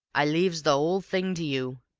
i leaves the ole thing to you.